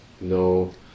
no